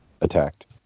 attacked